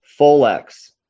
Folex